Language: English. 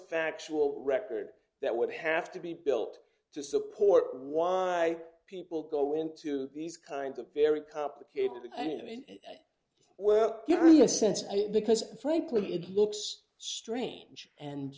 factual record that would have to be built to support why people go into these kinds of very complicated the enemy well curious sense because frankly it looks strange and